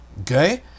Okay